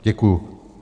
Děkuju.